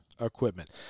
Equipment